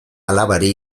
alabari